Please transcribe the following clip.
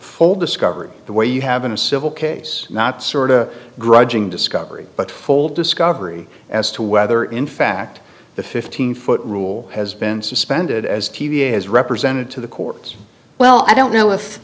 hold discovered the way you have been a civil case not sort of a grudging discovery but fold discovery as to whether in fact the fifteen foot rule has been suspended as t v is represented to the courts well i don't know if